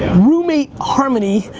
roommate harmony,